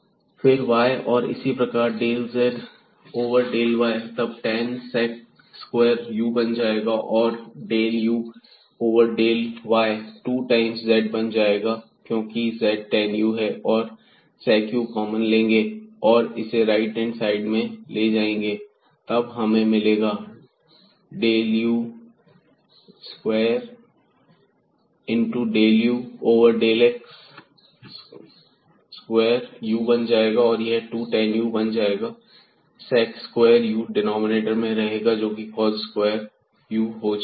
फिर y और इसी प्रकार del z over del y तब tan sec स्क्वायर u बन जाएगा और del u over del y 2 times z बन जाएगा क्योंकि z tan u है तब sec u कॉमन ले लेंगे और इसे राइट हैंड साइड में ले जाएंगे तब हमें मिलेगा x del u over del x plus y del u over del y और यह sec u cos square u बन जाएगा और यह 2 tan u बन जाएगा sec स्क्वायर u डिनॉमिनेटर में रहेगा जो कि cos स्क्वेयर हो जाएगा